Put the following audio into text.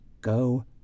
go